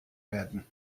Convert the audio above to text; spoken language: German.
werden